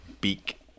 beak